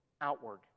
outward